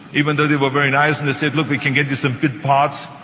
even though they were very nice and they said look, we can get you some good parts.